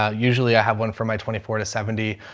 ah usually i have one for my twenty four to seventy,